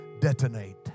detonate